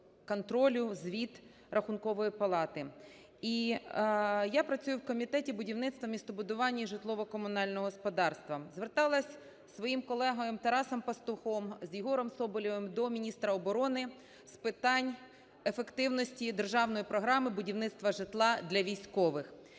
я працюю в Комітеті будівництва, містобудування і житлово-комунального господарства. Зверталася зі своїм колегою Тарасом Пастухом, з Єгором Соболєвим до міністра оборони з питань ефективності державної програми будівництва житла для військових.